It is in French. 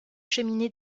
cheminée